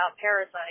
*Parasite*